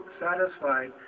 satisfied